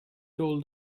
told